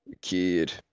kid